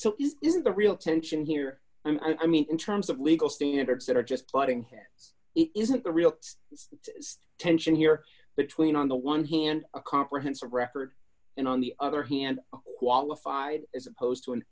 a real tension here i mean in terms of legal standards that are just flooding here isn't the real tension here between on the one hand a comprehensive record and on the other hand qualified as opposed to an